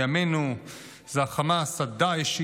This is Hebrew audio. בימינו זה חמאס-דאעש,